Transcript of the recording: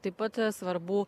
taip pat svarbu